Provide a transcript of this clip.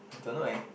I don't know eh